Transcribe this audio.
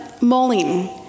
Mulling